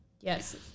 Yes